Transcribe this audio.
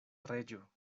reĝo